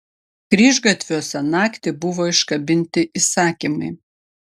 kryžgatviuose naktį buvo iškabinti įsakymai